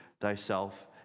thyself